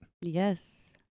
Yes